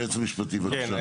היועץ המשפטי, בבקשה.